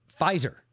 Pfizer